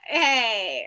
hey